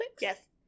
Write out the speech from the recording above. Yes